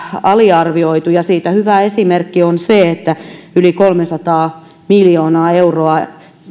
aliarvioitu ja siitä hyvä esimerkki on se että tulevana vuonna on yli kolmesataa miljoonaa euroa